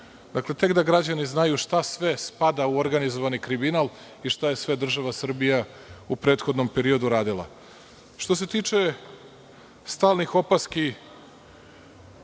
Dakle, tek da građani znaju šta sve spada u organizovani kriminal i šta je sve država Srbija u prethodnom periodu radila. Što se tiče stalnih opaski